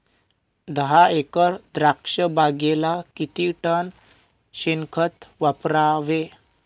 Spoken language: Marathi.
दहा एकर द्राक्षबागेला किती टन शेणखत वापरावे?